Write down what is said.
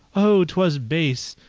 oh, twas base!